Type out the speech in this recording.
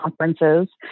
conferences